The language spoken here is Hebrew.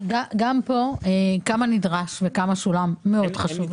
גם פה, כמה נדרש וכמה שולם, מאוד חשוב לנו.